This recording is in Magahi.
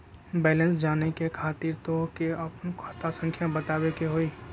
बैलेंस जाने खातिर तोह के आपन खाता संख्या बतावे के होइ?